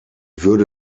würde